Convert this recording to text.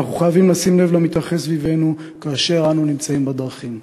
אנחנו חייבים לשים לב למתרחש סביבנו כאשר אנו נמצאים בדרכים.